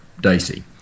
dicey